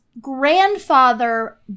grandfather